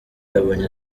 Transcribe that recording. yabonye